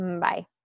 Bye